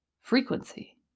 frequency